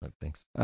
Thanks